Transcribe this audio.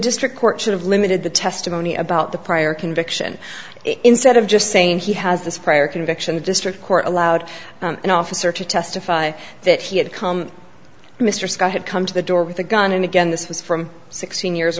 district court should have limited the testimony about the prior conviction instead of just saying he has this prior conviction the district court allowed an officer to testify that he had come to mr scott had come to the door with a gun and again this was from sixteen years